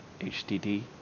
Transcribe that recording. HDD